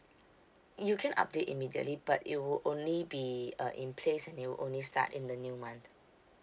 you can update immediately but it would only be uh in place and it'll only start in the new month